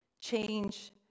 change